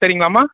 சரிங்களாம்மா